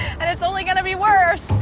and it's only gonna be worse,